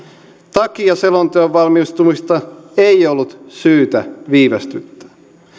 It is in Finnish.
takia selonteon valmistumista ei ollut syytä viivästyttää